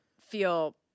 feel